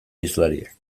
hizlariak